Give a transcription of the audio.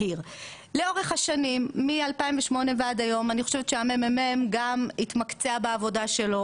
לאורך השנים מ-2008 עד היום אני חושבת שהמ.מ.מ גם התמקצע בעבודה שלו.